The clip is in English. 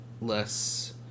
less